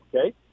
Okay